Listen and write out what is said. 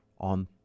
on